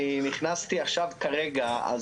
אני נכנסתי עכשיו כרגע,